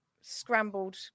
scrambled